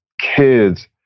kids